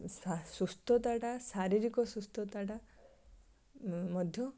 ସୁସ୍ଥତାଟା ଶାରୀରିକ ସୁସ୍ଥତାଟା ମଧ୍ୟ